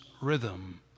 rhythm